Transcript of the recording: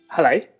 Hello